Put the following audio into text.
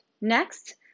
Next